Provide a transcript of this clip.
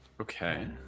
Okay